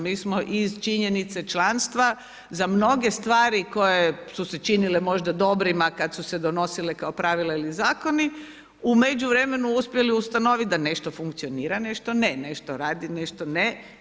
Mi smo iz činjenice članstva za mnoge stvari koje su se činile možda dobrima kada su se donosile kao pravila ili zakoni, u međuvremenu uspjeli ustanoviti da nešto funkcionira, nešto ne, nešto radi, nešto ne.